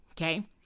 okay